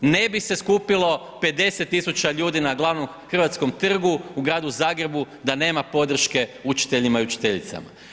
Ne bi se skupilo 50 000 ljudi na glavnom hrvatskom trgu u gradu Zagrebu da nema podrške učiteljima i učiteljicama.